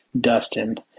Dustin